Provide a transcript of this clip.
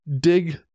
dig